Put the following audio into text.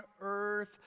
earth